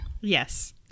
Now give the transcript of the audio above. Yes